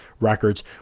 records